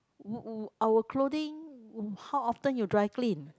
our clothing how often you dry clean